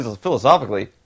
Philosophically